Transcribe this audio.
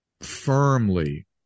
firmly